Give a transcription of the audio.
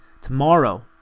Tomorrow